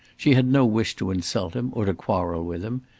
she had no wish to insult him, or to quarrel with him.